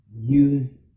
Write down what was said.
use